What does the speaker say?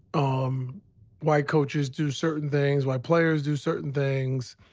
um why coaches do certain things, why players do certain things,